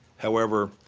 however,